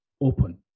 open